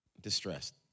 distressed